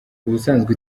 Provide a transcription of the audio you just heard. ubusanzwe